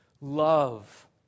love